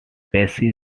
bessie